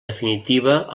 definitiva